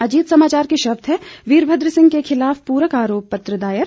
अजीत समाचार के शब्द हैं वीरभद्र सिंह के खिलाफ प्रक आरोप पत्र दायर